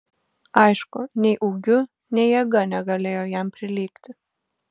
aišku nei ūgiu nei jėga negalėjo jam prilygti